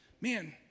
Man